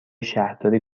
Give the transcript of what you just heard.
شهرداری